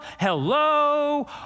Hello